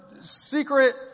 secret